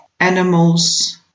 animals